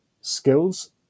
skills